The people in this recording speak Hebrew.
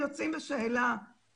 הצבאי שלהם לפני השירות,